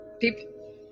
people